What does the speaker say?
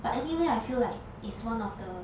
but anyway I feel like it's one of the